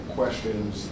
questions